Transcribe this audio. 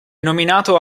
nominato